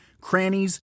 crannies